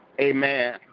Amen